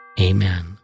Amen